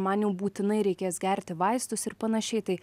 man jau būtinai reikės gerti vaistus ir panašiai tai